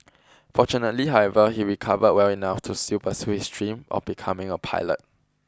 fortunately however he recovered well enough to still pursue his dream of becoming a pilot